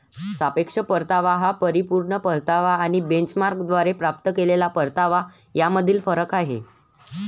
सापेक्ष परतावा हा परिपूर्ण परतावा आणि बेंचमार्कद्वारे प्राप्त केलेला परतावा यामधील फरक आहे